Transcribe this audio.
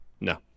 No